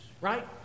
Right